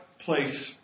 place